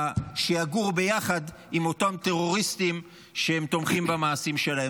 שיגורו ביחד עם אותם טרוריסטים שהם תומכים במעשים שלהם.